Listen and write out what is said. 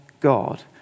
God